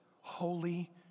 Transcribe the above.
holy